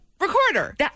recorder